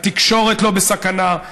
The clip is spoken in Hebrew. התקשורת לא בסכנה,